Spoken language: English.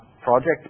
project